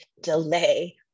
delay